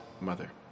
Mother